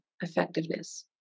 effectiveness